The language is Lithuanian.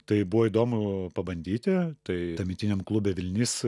tai buvo įdomu pabandyti tai tuometiniam klube vilnis